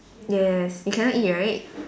yes you cannot eat right